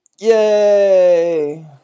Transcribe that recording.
Yay